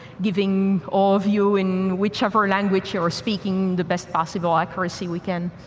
giving all of you in whichever language you're speaking the best possible accuracy we can.